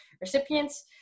recipients